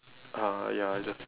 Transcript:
uh ya just